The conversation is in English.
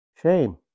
Shame